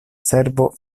servo